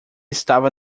estava